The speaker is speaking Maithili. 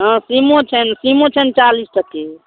हाँ सीमो छनि सीमो छनि चालिस टके